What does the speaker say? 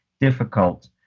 difficult